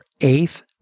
eighth